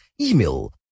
email